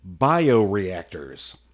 bioreactors